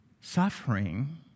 Suffering